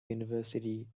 university